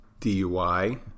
DUI